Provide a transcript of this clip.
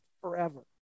forever